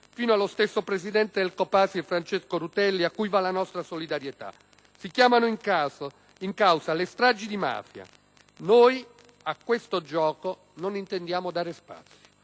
fino allo stesso presidente del COPASIR Francesco Rutelli, cui va la nostra solidarietà. Si chiamano in causa le stragi di mafia. Noi a questo gioco non intendiamo dare spazio.